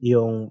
Yung